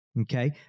Okay